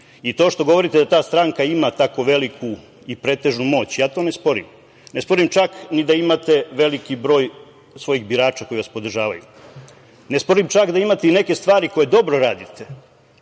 što govorite da ta stranka ima tako veliku i pretežnu moć, to ne sporim. Ne sporim čak ni da imate veliki broj svojih birača koji vas podržavaju. Ne sporim čak ni da imate neke stvari koje dobro radite,